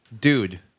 Dude